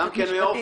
גם כן מאופק?